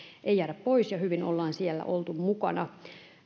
ei jäädä pois hyvin ollaan siellä oltu mukana